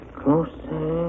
closer